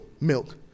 milk